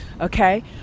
Okay